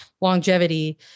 longevity